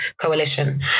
Coalition